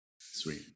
Sweet